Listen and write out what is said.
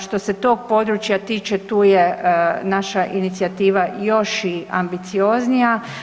Što se tog područja tiče tu je naša inicijativa još i ambicioznija.